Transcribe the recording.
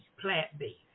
plant-based